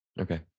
Okay